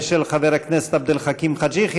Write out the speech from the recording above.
של חבר הכנסת עבד אל חכים חאג' יחיא,